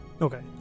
Okay